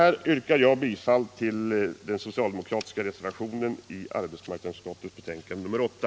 Jag yrkar bifall till den socialdemokratiska reservationen i arbetsmarknadsutskottets betänkande nr 8.